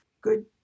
good